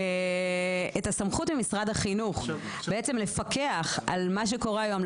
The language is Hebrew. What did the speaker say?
את הסמכות ממשרד החינוך לפקח על מה שקורה היום,